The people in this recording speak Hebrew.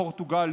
פורטוגל,